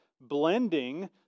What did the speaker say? blending